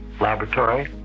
laboratory